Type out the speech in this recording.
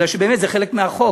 כי זה באמת חלק מהחוק,